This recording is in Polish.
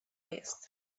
jest